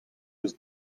eus